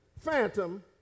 Phantom